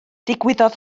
digwyddodd